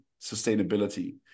sustainability